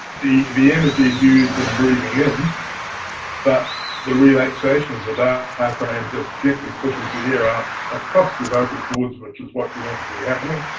the the energy is used in breathing in but the relaxation of the the diaphragm just gently pushes the air out across your vocal cords which is what you want to be happening.